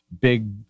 big